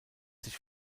sich